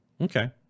Okay